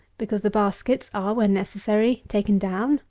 because the baskets are, when necessary, taken down,